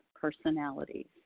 personalities